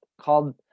called